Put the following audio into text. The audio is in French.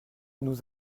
nous